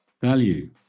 value